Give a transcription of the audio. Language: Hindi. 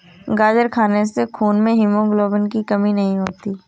गाजर खाने से खून में हीमोग्लोबिन की कमी नहीं होती